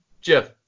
Jeff